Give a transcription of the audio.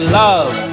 love